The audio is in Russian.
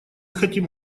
хотим